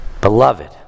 Beloved